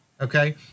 okay